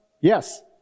Yes